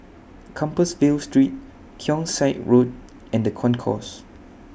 Compassvale Street Keong Saik Road and The Concourse